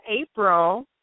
April